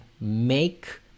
Make